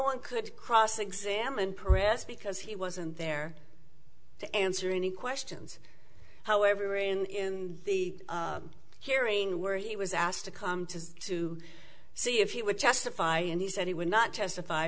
one could cross examine press because he wasn't there to answer any questions however in the hearing where he was asked to come to to see if he would testify and he said he would not testify